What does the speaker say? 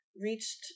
reached